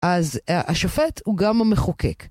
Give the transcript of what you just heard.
‫אז השופט הוא גם המחוקק.